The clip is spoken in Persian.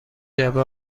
جعبه